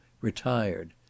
retired